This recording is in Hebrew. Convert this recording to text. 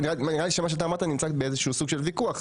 נראה לי שמה שאתה אמרת נמצא באיזשהו סוג של ויכוח,